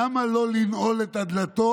למה לא לנעול את הדלתות